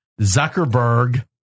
Zuckerberg